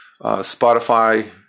Spotify